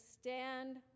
stand